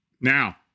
Now